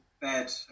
bed